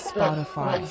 Spotify